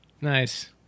Nice